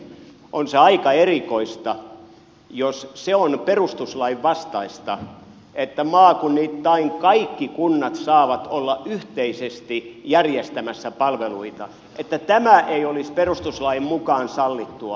on se aika erikoista jos se on perustuslain vastaista että maakunnittain kaikki kunnat saavat olla yhteisesti järjestämässä palveluita jos tämä ei olisi perustuslain mukaan sallittua